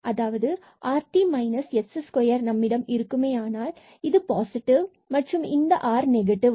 அதாவது rt s2 இருக்குமேயானால் இது பாசிட்டிவ் மற்றும் இந்த ஆர் r நெகட்டிவ்